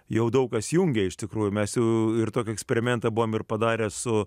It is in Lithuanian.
jau daug kas jungia iš tikrųjų mes jau ir tokį eksperimentą buvom ir padarę su